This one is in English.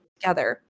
together